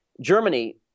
Germany